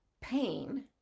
pain